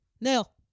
nail